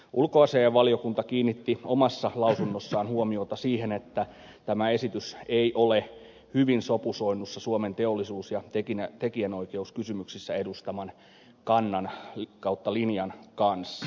ulkoasiainvaliokunta kiinnitti omassa lausunnossaan huomiota siihen että tämä esitys ei ole hyvin sopusoinnussa suomen teollisuus ja tekijänoikeuskysymyksissä edustaman kannan ja linjan kanssa